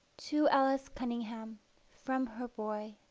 to alison cunningham from her boy